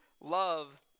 love